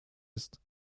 ist